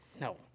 No